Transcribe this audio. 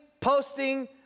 posting